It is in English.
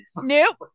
Nope